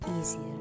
easier